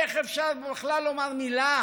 איך אפשר בכלל לומר מילה